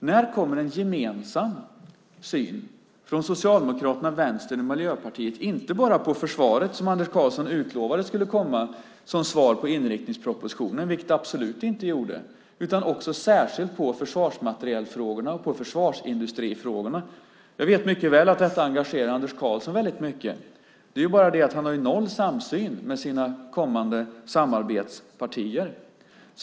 När kommer en gemensam syn från Socialdemokraterna, Vänstern och Miljöpartiet inte bara på försvaret - som Anders Karlsson utlovade skulle komma som svar på inriktningspropositionen, vilket det absolut inte gjorde - utan också särskilt på försvarsmaterielfrågorna och försvarsindustrifrågorna. Jag vet mycket väl att detta engagerar Anders Karlsson väldigt mycket. Det är bara det att han har noll samsyn med sina kommande samarbetspartier.